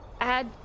add